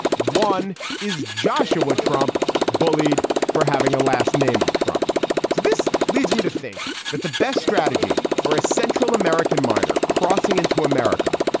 one is joshua. trump bullied for having a last name of trump. so this leads me to think that the best strategy for a central american minor crossing into america,